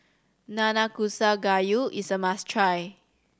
Nanakusa Gayu is a must try